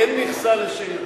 אין מכסה לשאילתות.